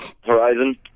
Horizon